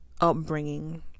upbringing